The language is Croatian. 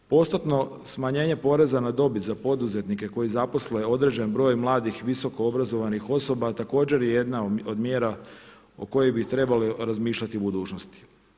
Postotno smanjenje poreza na dobit za poduzetnike koji zaposle određeni broj mladih visoko obrazovnih osoba također je jedna od mjera o kojoj bi trebalo razmišljati u budućnosti.